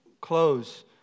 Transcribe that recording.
close